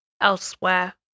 elsewhere